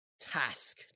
task